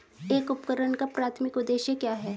एक उपकरण का प्राथमिक उद्देश्य क्या है?